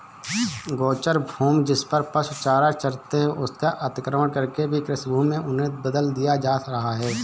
गोचर भूमि, जिसपर पशु चारा चरते हैं, उसका अतिक्रमण करके भी कृषिभूमि में उन्हें बदल दिया जा रहा है